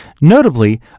Notably